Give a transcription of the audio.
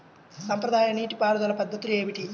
సాంప్రదాయ నీటి పారుదల పద్ధతులు ఏమిటి?